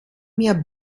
mir